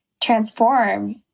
transform